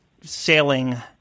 sailing